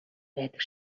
байдаг